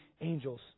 angels